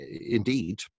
indeed